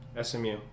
SMU